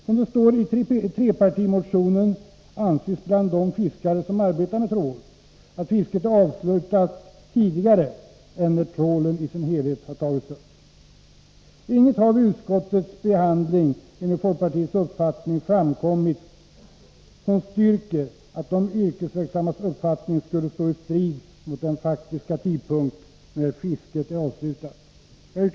Som det står i trepartimotionen anser man bland de fiskare som arbetar med trålfiske att fisket är avslutat tidigare än när trålen i dess helhet har tagits upp. Inget har enligt folkpartiets uppfattning framkommit vid utskottets behandling av ärendet som talar för att de yrkesverksammas uppfattning om den faktiska tidpunkten för fiskets avslutande skulle vara felaktig.